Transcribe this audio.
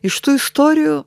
iš tų istorijų